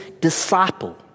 disciple